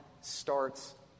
starts